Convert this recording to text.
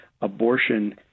abortion